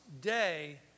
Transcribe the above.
day